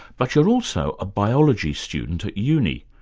but you're also a biology student at uni,